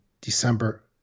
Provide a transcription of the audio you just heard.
December